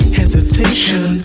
hesitation